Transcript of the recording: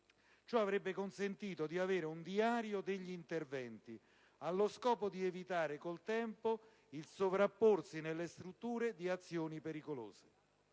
Ciò avrebbe permesso di avere un «diario» degli interventi, allo scopo di evitare, col tempo, il sovrapporsi nelle strutture di azioni